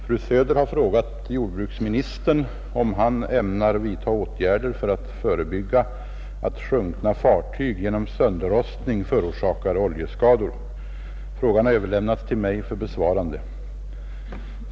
Herr talman! Fru Söder har frågat jordbruksministern, om han ämnar vidta åtgärder för att förebygga att sjunkna fartyg genom sönderrostning förorsakar oljeskador. Frågan har överlämnats till mig för besvarande.